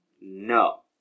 no